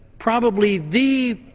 probably the